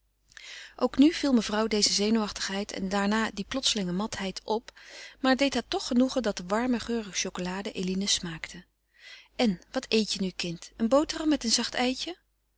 ook nu viel mevrouw deze zenuwachtigheid en daarna die plotselinge matheid op maar het deed haar toch genoegen dat de warme geurige chocolade eline smaakte en wat eet je nu kind een boterham met een zacht eitje